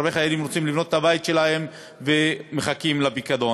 הרבה חיילים רוצים לבנות את הבית שלהם ומחכים לפיקדון.